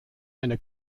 eine